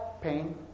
pain